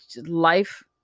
life